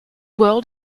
world